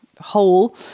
hole